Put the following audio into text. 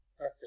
Okay